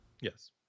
Yes